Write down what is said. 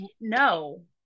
no